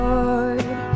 Lord